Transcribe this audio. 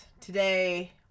today